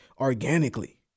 organically